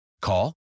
Call